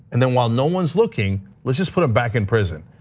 and then while no one's looking, let's just put it back in prison.